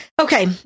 Okay